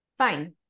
fine